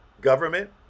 government